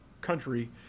country